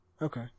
Okay